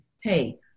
hey